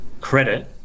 credit